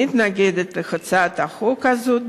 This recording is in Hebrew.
מתנגדת להצעת החוק הזאת,